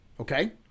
Okay